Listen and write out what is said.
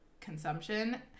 consumption